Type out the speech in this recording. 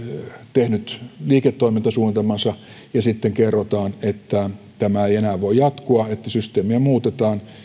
tehnyt liiketoimintasuunnitelmansa ja sitten kerrotaan että tämä ei enää voi jatkua että systeemiä muutetaan